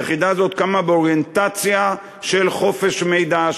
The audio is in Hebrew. היחידה הזו קמה באוריינטציה של חופש מידע,